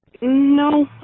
no